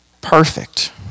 perfect